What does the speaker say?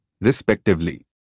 respectively